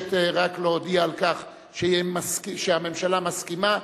מבקשת רק להודיע שהממשלה מסכימה.